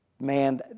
Man